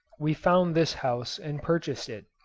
we found this house and purchased it.